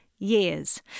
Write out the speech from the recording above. years